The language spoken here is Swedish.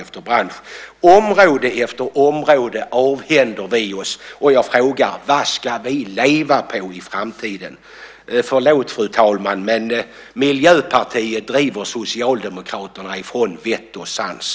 Vi avhänder oss område efter område, och jag frågar: Vad ska vi leva på i framtiden? Förlåt, fru talman, men Miljöpartiet driver Socialdemokraterna ifrån vett och sans.